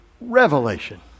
revelation